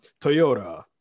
Toyota